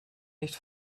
nicht